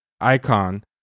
icon